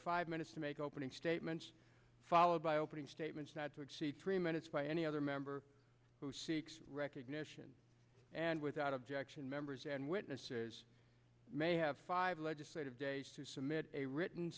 five minutes to make opening statements followed by opening statements not to exceed three minutes by any other member who seeks recognition and without objection members and witnesses may have five legislative days to submit a written